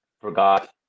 forgot